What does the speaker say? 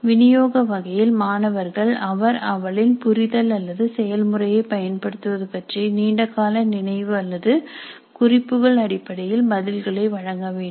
வினியோக வகையில் மாணவர்கள் அவர் அவளின் புரிதல் அல்லது செயல்முறையை பயன்படுத்துவது பற்றிய நீண்ட கால நினைவு அல்லது குறிப்புகள் அடிப்படையில் பதில்களை வழங்க வேண்டும்